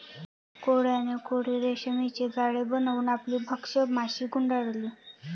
कोळ्याने कोळी रेशीमचे जाळे बनवून आपली भक्ष्य माशी गुंडाळली